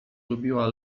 lubiła